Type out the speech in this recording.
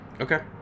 Okay